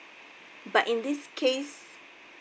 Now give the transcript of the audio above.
but in this case